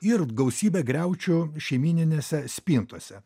ir gausybe griaučių šeimyninėse spintose